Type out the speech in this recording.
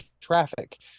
traffic